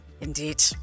Indeed